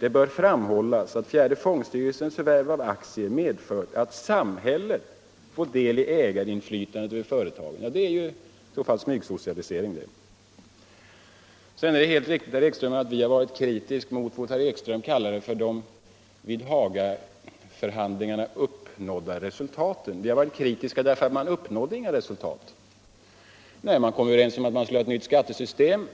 det bör ”framhållas att fjärde fondstyrelsens förvärv av aktier medfört att samhället ——-— fått del i ägarinflytandet över företagen”. Ja, det är i så fall smygsocialisering. Det är helt riktigt, herr Ekström, att vi har varit kritiska mot vad herr Ekström kallade för de vid Hagaförhandlingarna uppnådda resultaten. Vi har varit kritiska därför att man inte uppnådde några resultat. Man kom överens om att man skulle ha ett nytt skattesystem.